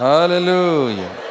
Hallelujah